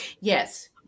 Yes